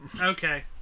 Okay